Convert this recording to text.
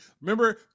remember